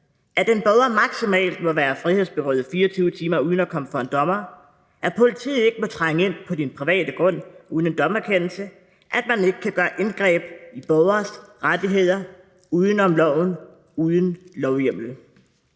at en borger maksimalt må være frihedsberøvet 24 timer uden at komme for en dommer; at politiet ikke må trænge ind på din private grund uden en dommerkendelse; at man ikke kan gøre indgreb i borgeres rettigheder uden om loven, uden lovhjemmel;